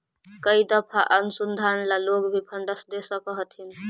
कई दफा अनुसंधान ला लोग भी फंडस दे सकअ हथीन